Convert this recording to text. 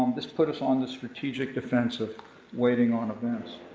um this put us on the strategic defensive waiting on events.